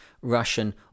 Russian